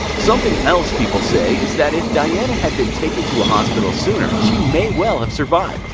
something else people say is that if diana had been taken to a hospital sooner she may well have survived.